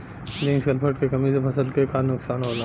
Zinc sulphate के कमी से फसल के का नुकसान होला?